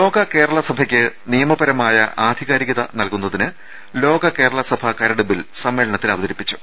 ലോക കേരള സഭയ്ക്ക് നിയമപരമായ ആധികാരികത നൽകു ന്നതിന് ലോക കേരള സഭ കരട് ബിൽ സമ്മേളനത്തിൽ അവതരിപ്പിച്ചു